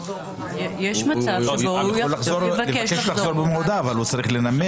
הוא יבקש לחזור במודע, אבל הוא צריך לנמק.